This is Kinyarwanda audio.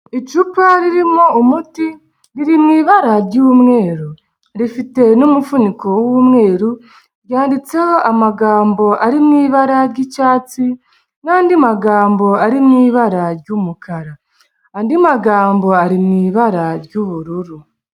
Icupa ririmo umuti riri mu ibara ry'umweru, rifite n'umuvuniko w'umweru ryanditseho amagambo ari mu ibara ry'icyatsi n'andi magambo ari mu ibara ry'umukara, andi magambo ari mu ibara ry'ubururu.